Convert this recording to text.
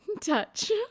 touch